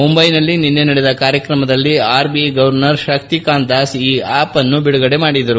ಮುಂಬೈನಲ್ಲಿ ನಿನ್ನೆ ನಡೆದ ಕಾರ್ಯಕ್ರಮದಲ್ಲಿ ಆರ್ಬಿಐ ಗವರ್ನರ್ ಶಕ್ತಿಕಾಂತ್ ದಾಸ್ ಈ ಆಪ್ನ್ನು ಬಿಡುಗಡೆ ಮಾಡಿದರು